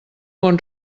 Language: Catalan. bon